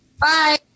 Bye